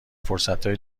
فرصتهای